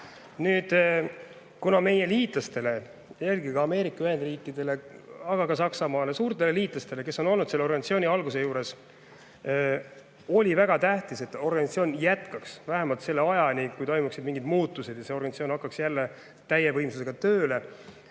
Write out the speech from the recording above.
kuna meie liitlastele, eelkõige Ameerika Ühendriikidele, aga ka Saksamaale, suurtele liitlastele, kes on olnud selle organisatsiooni alguse juures, oli väga tähtis, et organisatsioon jätkaks vähemalt selle ajani, kui toimuvad mingid muutused ja see organisatsioon hakkab jälle täie võimsusega tööle,